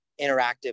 interactive